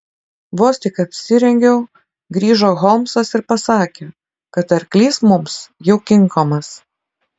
vos tik apsirengiau grįžo holmsas ir pasakė kad arklys mums jau kinkomas